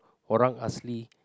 Orang Asli